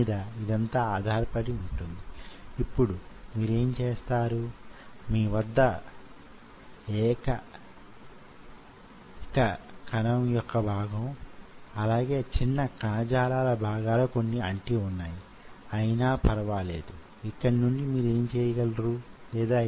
మన ముందున్న సవాలేమంటే ఈ రెండు శక్తులనూ ఇన్విట్రో సెల్ కల్చర్ ఏర్పాటులో యే విధంగా నిశ్చయించగలం అనేదే